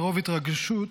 מרוב התרגשות,